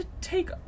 take